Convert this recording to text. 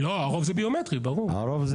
אנחנו